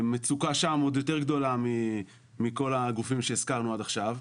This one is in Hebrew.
המצוקה שם שהיא עוד יותר גדולה מכל הגופים שהזכרנו עד עכשיו.